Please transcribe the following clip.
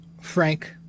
Frank